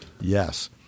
Yes